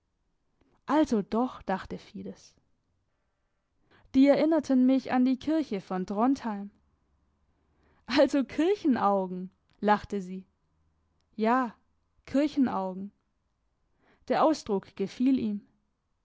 also doch dachte fides die erinnerten mich an die kirche von drontheim also kirchenaugen lachte sie ja kirchenaugen der ausdruck gefiel ihm